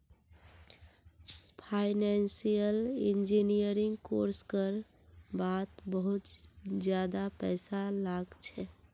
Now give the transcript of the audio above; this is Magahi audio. फाइनेंसियल इंजीनियरिंग कोर्स कर वात बहुत ज्यादा पैसा लाग छे